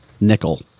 nickel